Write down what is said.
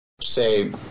say